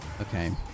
Okay